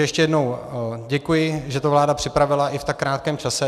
Ještě jednou děkuji, že to vláda připravila i v tak krátkém čase.